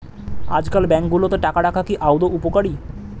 আজকাল ব্যাঙ্কগুলোতে টাকা রাখা কি আদৌ উপকারী?